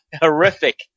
horrific